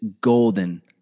golden